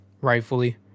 rightfully